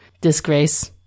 disgrace